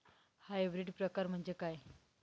Hybrid प्रकार म्हणजे काय?